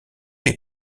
les